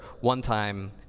one-time